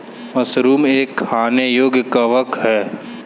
mushroom एक खाने योग्य कवक है